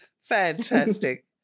fantastic